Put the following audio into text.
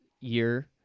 year